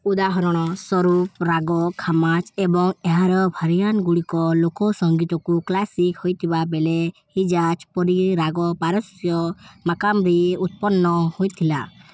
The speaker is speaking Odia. ଉଦାହରଣସ୍ୱରୂପ ରାଗ ଖାମାଜ ଏବଂ ଏହାର ଭାରିଆଣ୍ଟ୍ଗୁଡ଼ିକ ଲୋକ ସଂଗୀତରୁ କ୍ଲାସିକ୍ ହୋଇଥିବା ବେଳେ ହିଜାଜ୍ ପରି ରାଗ ପାରସ୍ୟ ମାକାମ୍ବି ଉତ୍ପନ୍ନ ହୋଇଥିଲା